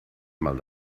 mal